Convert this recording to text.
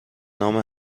نام